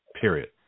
period